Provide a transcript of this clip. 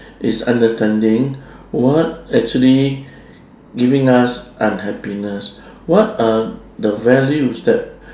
is understanding what actually giving us unhappiness what are the values that